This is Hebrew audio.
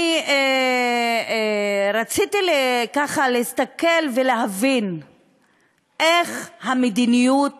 אני רציתי ככה להסתכל ולהבין איך המדיניות